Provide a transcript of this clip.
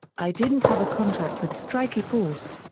i didn't have a contract with strikeforce.